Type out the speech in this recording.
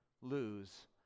lose